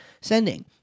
sending